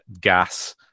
gas